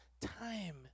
Time